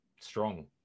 strong